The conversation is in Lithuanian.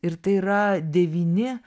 ir tai yra devyni